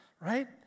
right